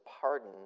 pardon